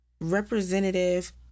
representative